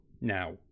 now